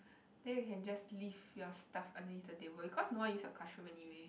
then you can just leave your stuff underneath the table because no one use your classroom anyway